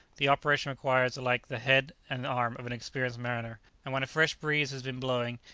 the operation requires alike the head and arm of an experienced mariner and when a fresh breeze has been blowing,